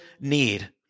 need